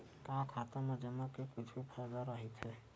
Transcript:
का खाता मा जमा के कुछु फ़ायदा राइथे?